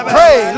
Pray